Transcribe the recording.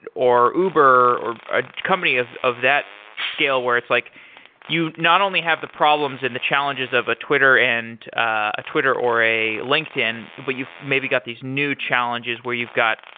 and or uber, or a company of of that scale where it's like you not only have the problems and the challenges of a twitter and ah twitter or a linkedin, but you maybe got these new challenges where you've got